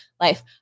life